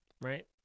Right